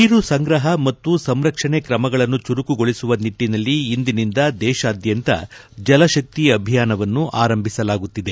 ನೀರು ಸಂಗ್ರಹ ಮತ್ತು ಸಂರಕ್ಷಣೆ ಕ್ರಮಗಳನ್ನು ಚುರುಕುಗೊಳಿಸುವ ನಿಟ್ಟನಲ್ಲಿ ಇಂದಿನಿಂದ ದೇಶಾದ್ಯಂತ ಜಲಕ್ಕಿ ಅಭಿಯಾನವನ್ನು ಆರಂಭಿಸಲಾಗುತ್ತಿದೆ